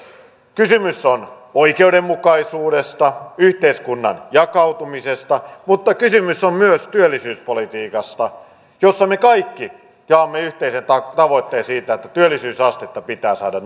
kysymys on oikeudenmukaisuudesta yhteiskunnan jakautumisesta mutta kysymys on myös työllisyyspolitiikasta jossa me kaikki jaamme yhteisen tavoitteen siitä että työllisyysastetta pitää saada